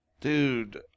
Dude